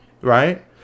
right